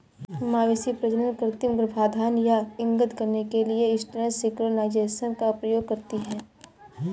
मवेशी प्रजनन कृत्रिम गर्भाधान यह इंगित करने के लिए एस्ट्रस सिंक्रोनाइज़ेशन का उपयोग करता है